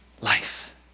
life